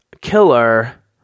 killer